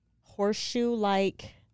Horseshoe-like